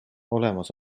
olemas